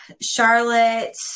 Charlotte